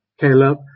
Caleb